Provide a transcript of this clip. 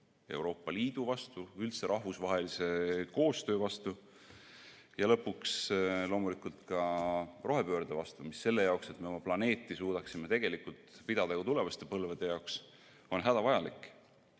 Euroopa Liidu vastu, üldse rahvusvahelise koostöö vastu ja lõpuks loomulikult ka rohepöörde vastu, mis selleks, et me oma planeeti suudaksime tegelikult pidada ka tulevaste põlvede jaoks, on hädavajalik.Me